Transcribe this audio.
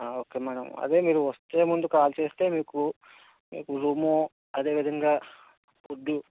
okay madam అదే మీరు వస్తే ముందు కాల్ చేస్తే మీకు మీకు రూము అదే విధంగా ఫుడ్డు